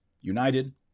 united